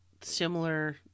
similar